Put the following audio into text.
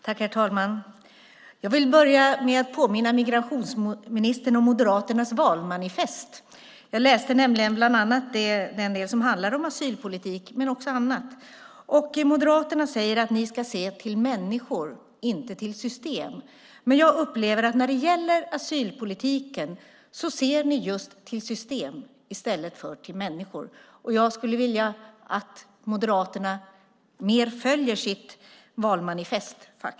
Herr talman! Jag vill börja med att påminna migrationsministern om Moderaternas valmanifest. Jag läste bland annat den del som handlar om asylpolitik men också om annat. Ni moderater säger att ni ska se till människor och inte till system. Jag upplever att ni när det gäller asylpolitiken ser just till system i stället för till människor. Jag skulle vilja att Moderaterna mer följer sitt valmanifest.